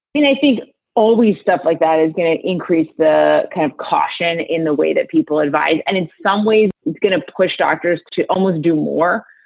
i think always. stuff like that is going to increase the kind of caution in the way that people advise. and in some ways he's going to push doctors to almost do more.